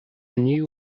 new